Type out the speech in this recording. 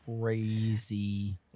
Crazy